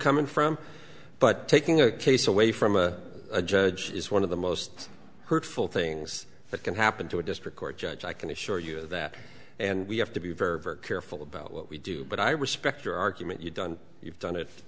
coming from but taking a case away from a judge is one of the most hurtful things that can happen to a district court judge i can assure you of that and we have to be very very careful about what we do but i respect your argument you've done you've done it